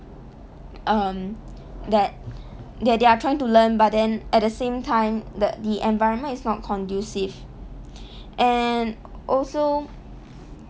um that they are they are trying to learn but then at the same time the the environment is not conducive and also